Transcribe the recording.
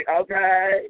Okay